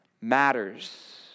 matters